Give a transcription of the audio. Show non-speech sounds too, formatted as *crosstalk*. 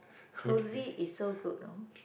cozy is so good *noise*